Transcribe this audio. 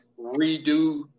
redo